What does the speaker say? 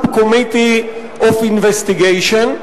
Subcommittee on Investigations.